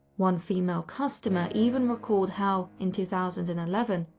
one female customer even recalled how, in two thousand and eleven,